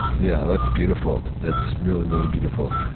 yeah, that's beautiful. that's really, really beautiful,